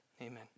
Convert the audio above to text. Amen